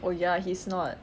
oh ya he's not